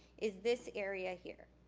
is this area here.